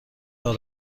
راه